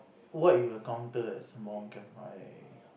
what you encounter at Sembawang camp I